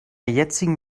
jetzigen